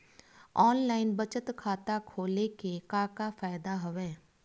online बचत खाता खोले के का का फ़ायदा हवय